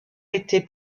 été